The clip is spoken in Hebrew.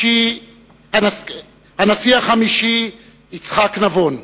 הנשיא החמישי יצחק נבון,